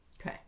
okay